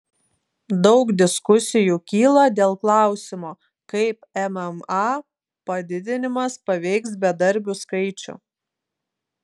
daug diskusijų kyla dėl klausimo kaip mma padidinimas paveiks bedarbių skaičių